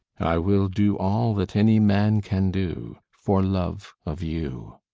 i will do all that any man can do, for love of you.